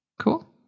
cool